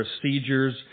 procedures